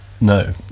No